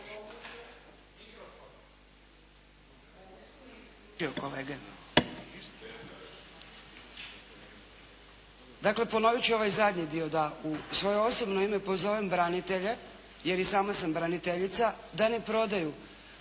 Dakle, ponovit ću ovaj zadnji dio da u svoje osobno ime pozovem branitelje, jer i sama sam braniteljica da ne prodaju